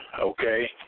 Okay